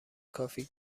کافی